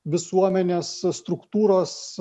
visuomenės struktūros